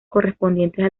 correspondientes